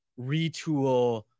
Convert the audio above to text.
retool